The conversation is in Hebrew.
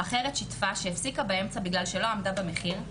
אחרת שיתפה שהפסיקה באמצע בגלל שלא עמדה במחיר,